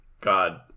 god